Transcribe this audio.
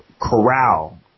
corral